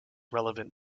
relevant